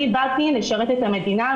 אני באתי לשרת את המדינה,